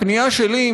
הפנייה שלי,